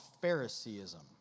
Phariseeism